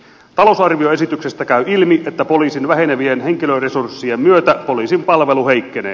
talousarvioesityksestä käy ilmi että poliisin vähenevien henkilöresurssien myötä poliisin palvelu heikkenee